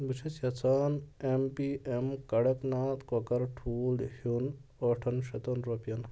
بہٕ چھُس یژٚھان ایم پی ایم کَڑکناک کۄکر ٹھوٗل ہِیُل ٲٹھَن شیٚتَن رۄپٮ۪ن